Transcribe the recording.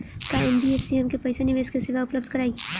का एन.बी.एफ.सी हमके पईसा निवेश के सेवा उपलब्ध कराई?